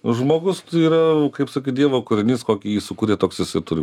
žmogus yra kaip sakyt dievo kūrinys kokį jį sukurė toks jis ir turi